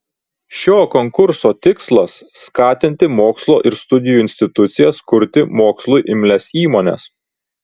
šio konkurso tikslas skatinti mokslo ir studijų institucijas kurti mokslui imlias įmones